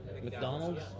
McDonald's